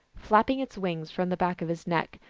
flapping its wings from the back of his neck,